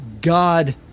God